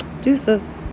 Deuces